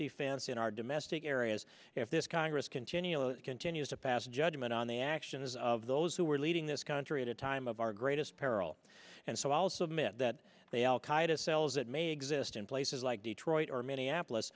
defense in our domestic areas if this congress continually continues to fasten judgment on the actions of those who are leading this country at a time of our greatest peril and so i will submit that the al qaeda cells that may exist in places like detroit or minneapolis